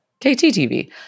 KTTV